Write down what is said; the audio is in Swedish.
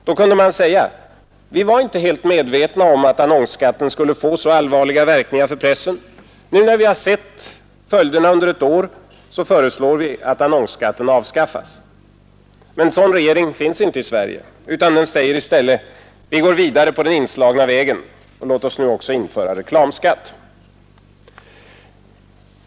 Då kunde man säga: ”Vi var inte helt medvetna om att annonsskatten skulle få så allvarliga verkningar för pressen. Nu när vi har sett följderna under ett år, föreslår vi att annonsskatten avskaffas.” Men en sådan regering finns inte i Sverige utan den säger i stället: ”Vi går vidare på den inslagna vägen och låt oss nu också införa reklamskatt!